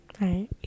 Right